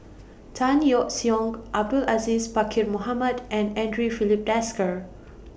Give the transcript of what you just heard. Tan Yeok Seong Abdul Aziz Pakkeer Mohamed and Andre Filipe Desker